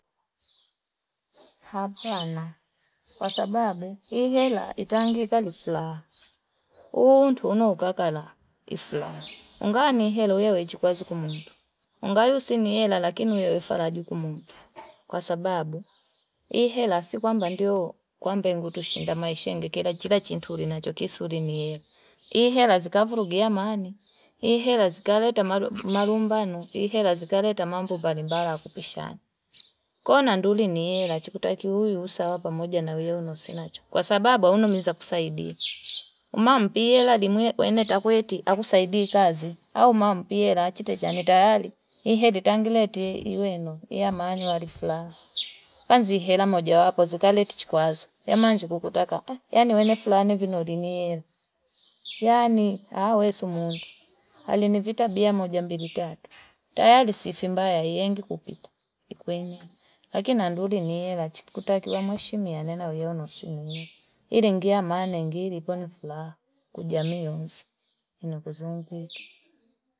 Hapana, kwasababu, hii hela itangiga li flaha. Uuntu unohu kakala, li flaha. Ungaani hii hela uyewe chikwazi kumutu. Ungaayu sini hela lakini uyewe faraji kumutu. Kwasababu, hii hela si kwamba ndio kwamba ingutu shinda maishenge kila chila chinturi na chokisuri ni hela. Hii hela zikavurugia mani. Hii hela zikareta marumbanu. Hii hela zikareta mambu balimbara kupishani. Kuna nduli ni hela chikutaki hui usa wapa moja na wewe unosinacho. Kwasababu, unohu misa kusaidia. Umaampi hela li mwene takuweti akusaidia kazi. Haumaampi hela achitecha ni tayali. Hii hela itangilete ueno. Hia mani wali flaha. Panzi hii hela moja wapo, zikalete chikwazo. Ya manji kukutaka. Yani wene fulani vinodini hela. Yani hawezo mungu. Hali nivita bia moja mbili tatu. Tayali sifimbaya hii hengi kupita. Kwenye. Lakini nduli ni hela chikutaki. Wamaishi miyane na wewe unosinacho. Hii lingia manengiri. Kwa ni flaha. Kujami yonsi.